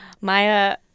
Maya